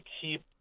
keep